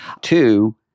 Two